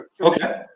Okay